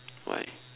why